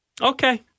Okay